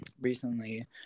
recently